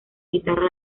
guitarra